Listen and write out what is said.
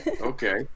okay